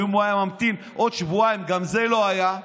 ואם הוא היה ממתין עוד שבועיים גם זה לא היה?